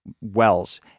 wells